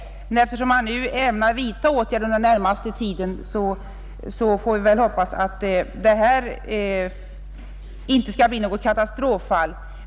att förebygga att Eftersom man nu ämnar vidta åtgärder under den närmaste tiden får vi sjunkna fartyg vållar hoppas att detta inte skall bli något katastroffall.